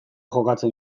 jokatzen